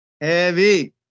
heavy